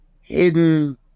hidden